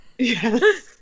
yes